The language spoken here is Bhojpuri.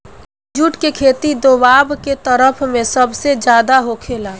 जुट के खेती दोवाब के तरफ में सबसे ज्यादे होखेला